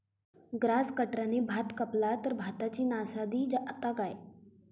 Grass कटराने भात कपला तर भाताची नाशादी जाता काय?